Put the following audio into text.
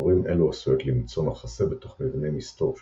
דבורים אלו עשויות למצוא מחסה בתוך מבני מסתור שונים,